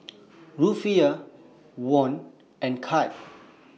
Rufiyaa Won and Cad